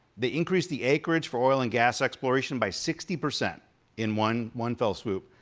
they increased the acreage for oil and gas exploration by sixty percent in one one fell swoop.